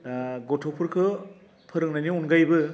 दा गथ'फोरखो फोरोंनायनि अनगायैबो